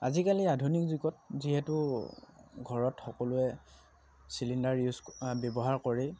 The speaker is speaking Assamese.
আজিকালি আধুনিক যুগত যিহেতু ঘৰত সকলোৱে চিলিণ্ডাৰ ইউজ ব্যৱহাৰ কৰেই